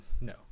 No